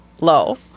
low